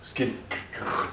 skin